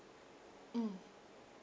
mm